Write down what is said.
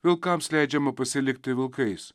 vilkams leidžiama pasilikti vilkais